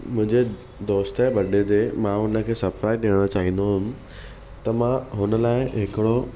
मुंहिंजे दोस्त जे बर्डे ते मां उनखे सर्प्राइज़ ॾियणो चाहींदो हुउमि त मां हुन लाइ हिकिड़ो